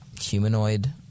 humanoid